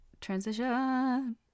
Transition